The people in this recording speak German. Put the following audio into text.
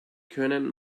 können